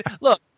Look